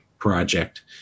Project